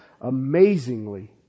amazingly